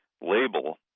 label